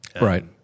Right